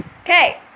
Okay